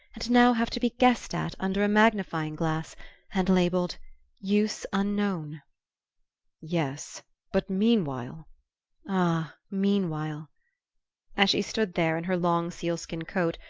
and now have to be guessed at under a magnifying glass and labelled use unknown yes but meanwhile ah, meanwhile as she stood there, in her long sealskin coat,